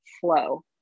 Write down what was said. flow